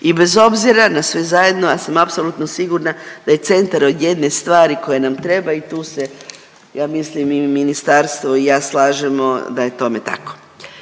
i bez obzira na sve zajedno ja sam apsolutno sigurna da je centar od jedne stvari koja nam treba i tu se ja mislim i ministarstvo i ja slažemo da je tome tako.